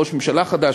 ראש ממשלה חדש,